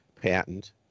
patent